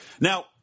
Now